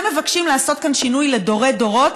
אתם מבקשים לעשות כאן שינוי לדורי-דורות,